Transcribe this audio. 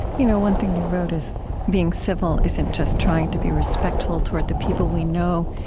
you know, one thing you wrote is being civil isn't just trying to be respectful toward the people we know.